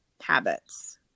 habits